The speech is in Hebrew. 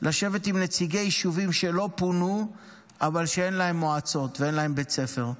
לשבת עם נציגי יישובים שלא פונו אבל אין להם מועצות ואין להם בית ספר.